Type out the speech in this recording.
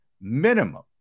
minimum